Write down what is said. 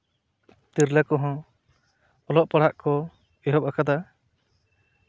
ᱛᱤᱨᱞᱟᱹ ᱠᱚᱦᱚᱸ ᱚᱞᱚᱜ ᱯᱟᱲᱦᱟᱜ ᱠᱚ ᱮᱦᱚᱵ ᱟᱠᱟᱫᱟ